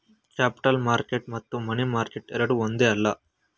capital market ಮತ್ತು money market ಎರಡೂ ಒಂದೇ ಅಲ್ಲ